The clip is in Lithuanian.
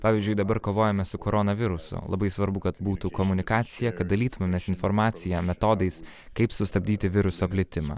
pavyzdžiui dabar kovojame su koronavirusu labai svarbu kad būtų komunikacija kad dalytumėmės informacija metodais kaip sustabdyti viruso plitimą